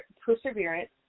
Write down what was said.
perseverance